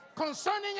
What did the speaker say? Concerning